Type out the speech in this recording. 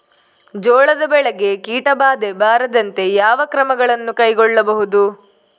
ಜೋಳದ ಬೆಳೆಗೆ ಕೀಟಬಾಧೆ ಬಾರದಂತೆ ಯಾವ ಕ್ರಮಗಳನ್ನು ಕೈಗೊಳ್ಳಬಹುದು?